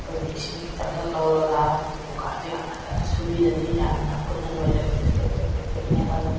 ꯑꯩꯈꯣꯏꯅ ꯏꯁꯤꯡ ꯈꯤꯇꯪꯈꯛ ꯂꯧꯔꯒ ꯃꯨꯀꯥꯁꯤ ꯌꯥꯝ ꯐꯖꯅ ꯁꯨꯕꯤꯔꯅꯤ ꯌꯥꯝꯅ ꯈꯨꯠꯅ ꯅꯣꯏꯗꯕꯤꯗ ꯄꯦꯠ ꯄꯦꯠ ꯄꯦꯠ ꯄꯦꯠ ꯃꯦꯠꯂꯒ